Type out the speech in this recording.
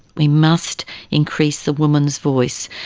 we must increase the woman's voice,